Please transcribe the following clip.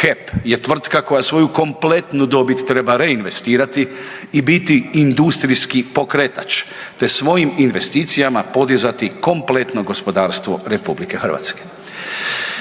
HEP je tvrtka koja svoju kompletnu dobit treba reinvestirati i biti industrijski pokretač, te svojim investicijama podizati kompletno gospodarstvo RH.